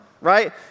right